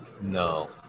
no